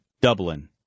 Dublin